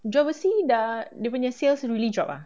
jual besi dah dia punya sales really drop ah